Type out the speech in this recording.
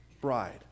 bride